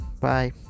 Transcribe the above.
bye